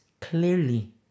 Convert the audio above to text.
clearly